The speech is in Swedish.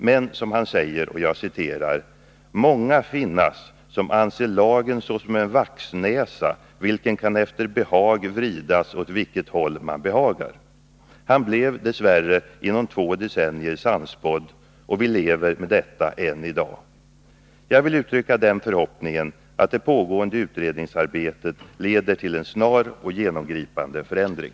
Men, som han säger: ”Många finnas, som anse Lagen såsom en vaxnäsa, hvilken kan efter behag vridas åt hvilket håll man behagar.” Han blev dess värre inom två decennier sannspådd, och vi lever med detta än i dag. Jag vill uttrycka den förhoppningen att det pågående utredningsarbetet leder till en snar och genomgripande förändring.